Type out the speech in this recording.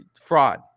fraud